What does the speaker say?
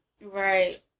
Right